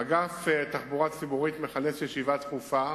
אגף התחבורה הציבורית מכנס ישיבה דחופה